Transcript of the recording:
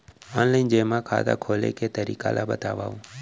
Online जेमा खाता खोले के तरीका ल बतावव?